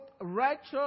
righteous